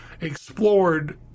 explored